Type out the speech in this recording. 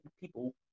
people